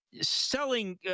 selling